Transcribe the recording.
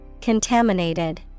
Contaminated